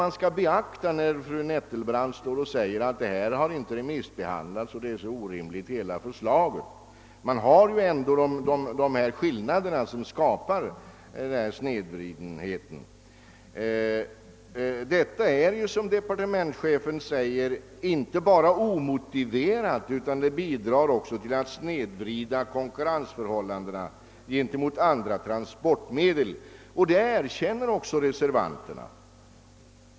När fru Nettelbrandt säger att det inte skett någon remissbehandling och att hela förslaget är orealistiskt, så bör man inte glömma att det finns dessa stora skillnader. Som departementschefen framhåller är de inte bara omotive rade utan de bidrar också till att snedvrida konkurrensen med andra transportmedel. Även reservanterna erkänner att det förhåller sig så.